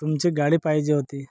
तुमची गाडी पाहिजे होती